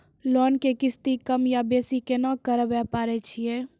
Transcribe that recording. Loan के किस्ती कम या बेसी केना करबै पारे छियै?